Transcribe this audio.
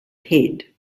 head